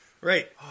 Right